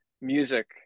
music